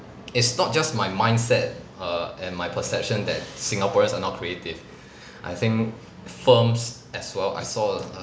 it's not just my mindset err and my perception that singaporeans are not creative I think firms as well I saw err